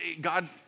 God